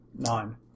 Nine